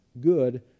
good